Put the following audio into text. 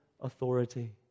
authority